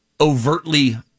overtly